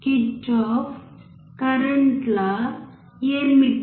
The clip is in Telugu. కిర్చోఫ్ కరెంట్ లా ఏమిటి